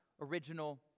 original